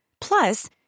Plus